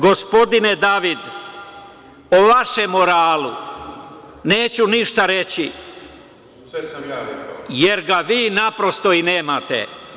Gospodine David, o vašem moralu neću ništa reći, jer ga vi, naprosto, i nemate.